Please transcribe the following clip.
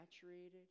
saturated